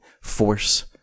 force